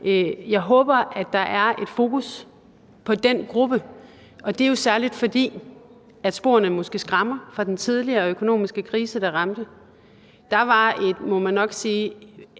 jeg håber, at der er et fokus på den gruppe, og det er jo særlig, fordi sporene måske skræmmer fra den tidligere økonomiske krise, der ramte os. Der var, må man nok sige,